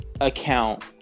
account